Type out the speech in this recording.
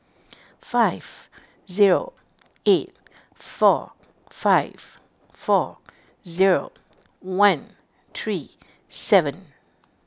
five zero eight four five four zero one three seven